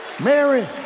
Mary